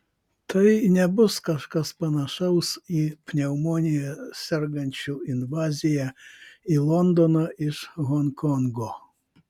tai nebus kažkas panašaus į pneumonija sergančių invaziją į londoną iš honkongo